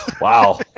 Wow